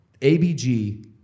ABG